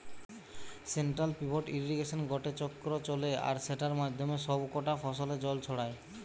central pivot ইর্রিগেশনে গটে চক্র চলে আর সেটার মাধ্যমে সব কটা ফসলে জল ছড়ায়